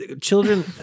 children